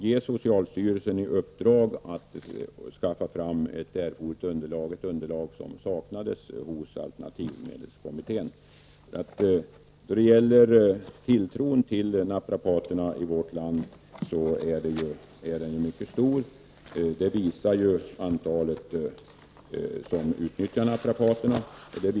Ge socialstyrelsen uppdrag att skaffa fram det underlag som saknades i alternativmedelskommittén. Tilltron till naprapaterna i vårt land är mycket stor. Det visar det stora antal människor som utnyttjar naprapaternas tjänster.